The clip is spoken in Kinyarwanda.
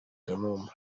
kanumba